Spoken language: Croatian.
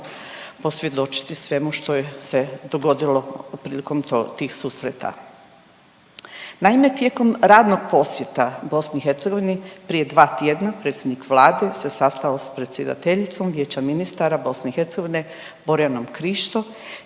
posvjedočiti svemu što je se dogodilo prilikom tih susreta. Naime, tijekom radnog posjeta BiH prije dva tjedna predsjednik Vlade se sastao sa predsjedateljicom Vijeća ministara BiH Borjanom Krišto